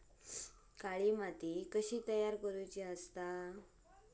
काळी माती कशी तयार करूची?